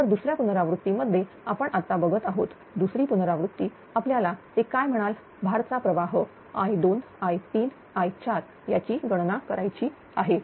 तर दुसऱ्या पुनरावृत्ती मध्ये आपण आता बघत आहोत दुसरी पुनरावृत्ती आपल्याला ते काय म्हणाल भारचा प्रवाह i2i3i4 याची गणना करायची आहे